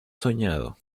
soñado